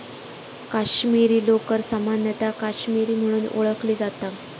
काश्मीरी लोकर सामान्यतः काश्मीरी म्हणून ओळखली जाता